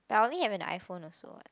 I only have an iPhone also what